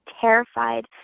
terrified –